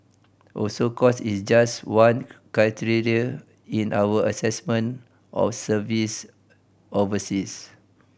also cost is just one criteria in our assessment of service overseas